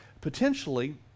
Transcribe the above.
potentially